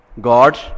God